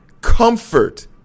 comfort